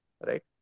right